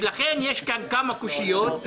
ולכן יש כאן כמה קושיות.